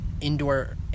indoor